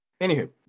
Anywho